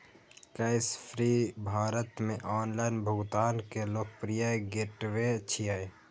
Cashfree Bharat मे online भुगतान के लोकप्रिय गेटवे छियै